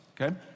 okay